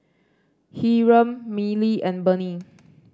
Hiram Miley and Burney